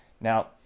Now